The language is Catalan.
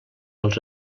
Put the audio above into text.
als